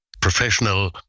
professional